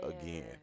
again